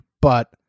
But-